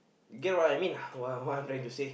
get what I mean what what I'm trying to say